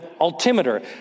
altimeter